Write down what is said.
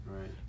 Right